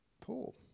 paul